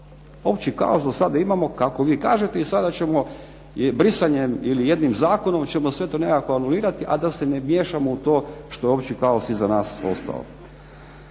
Opći kaos do sada imamo kako vi kažete i sada ćemo brisanjem, ili jednim zakonom ćemo sve to nekako anulirati, a da se ne miješamo u to što je opći kaos i za nas ostale.